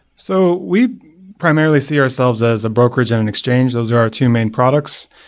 so we primarily see ourselves as a brokerage and an exchange. those are our two main products.